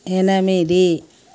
ఎనిమిది